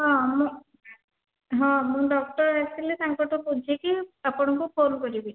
ହଁ ମୁଁ ହଁ ମୁଁ ଡକ୍ଟର ଆସିଲେ ତାଙ୍କଠୁ ବୁଝିକି ଆପଣଙ୍କୁ ଫୋନ କରିବି